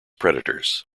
predators